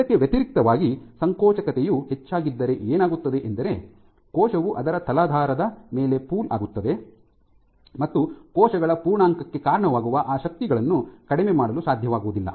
ಇದಕ್ಕೆ ವ್ಯತಿರಿಕ್ತವಾಗಿ ಸಂಕೋಚಕತೆಯು ಹೆಚ್ಚಾಗಿದ್ದರೆ ಏನಾಗುತ್ತದೆ ಎಂದರೆ ಕೋಶವು ಅದರ ತಲಾಧಾರದ ತಲಾಧಾರದ ಮೇಲೆ ಪೂಲ್ ಆಗುತ್ತದೆ ಮತ್ತು ಕೋಶಗಳ ಪೂರ್ಣಾಂಕಕ್ಕೆ ಕಾರಣವಾಗುವ ಆ ಶಕ್ತಿಗಳನ್ನು ಕಡಿಮೆ ಮಾಡಲು ಸಾಧ್ಯವಾಗುವುದಿಲ್ಲ